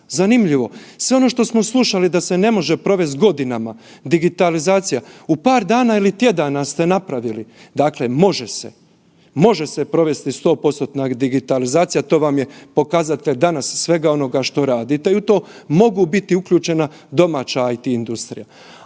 zanimljivo. Sve ono što smo slušali da se ne može provesti godinama digitalizacija, u par dana ili tjedana ste napravili. Dakle može se, može se provesti 100%-na digitalizacija to vam je pokazatelj danas svega onoga što radite i u to mogu biti uključena domaća IT industrija.